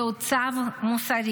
זהו צו מוסרי,